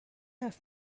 حرف